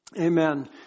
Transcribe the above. Amen